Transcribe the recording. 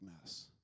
mess